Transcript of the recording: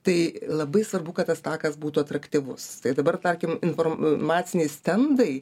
tai labai svarbu kad tas takas būtų atraktyvus dabar tarkim inform maciniai stendai